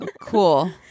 Cool